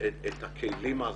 את הכלים ההסברתיים,